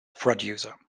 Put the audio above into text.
producer